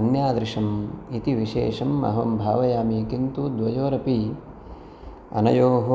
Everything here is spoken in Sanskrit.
अन्यादृशम् इति विशेषम् अहं भावयामि किन्तु द्वयोरपि अनयोः